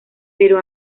pero